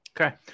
okay